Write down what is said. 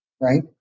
right